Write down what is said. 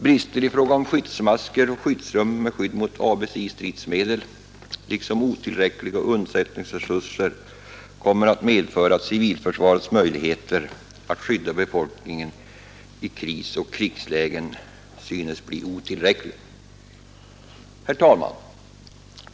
Brister i fråga om skyddsmasker och skyddsrum med skydd mot ABC-stridsmedel liksom otillräckliga undsättningsresurser synes komma att medföra att civilförsvarets möjligheter att skydda befolkningen i krisoch krigslägen blir otillräckliga. Herr talman!